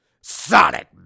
Sonic